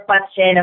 question